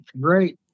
great